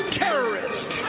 terrorist